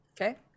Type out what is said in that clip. Okay